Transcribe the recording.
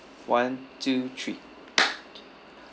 one two three